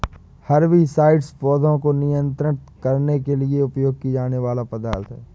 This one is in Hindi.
हर्बिसाइड्स पौधों को नियंत्रित करने के लिए उपयोग किए जाने वाले पदार्थ हैं